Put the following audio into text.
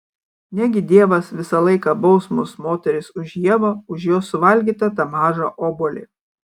negi dievas visą laiką baus mus moteris už ievą už jos suvalgytą tą mažą obuolį